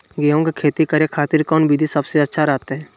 गेहूं के खेती करे खातिर कौन विधि सबसे अच्छा रहतय?